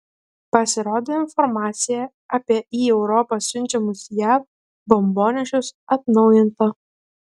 pasirodė informacija apie į europą siunčiamus jav bombonešius atnaujinta